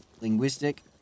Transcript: linguistic